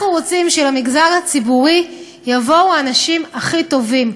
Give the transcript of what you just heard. אנחנו רוצים שלמגזר הציבורי יבואו האנשים הכי טובים.